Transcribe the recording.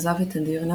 עזב את אדירנה,